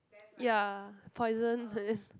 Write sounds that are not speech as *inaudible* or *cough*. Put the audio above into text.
ya poison *laughs*